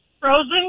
frozen